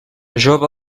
jove